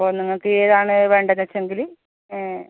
അപ്പോൾ നിങ്ങൾക്ക് ഏതാണ് വേണ്ടത് വെച്ചെങ്കിൽ